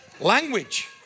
language